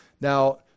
Now